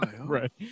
Right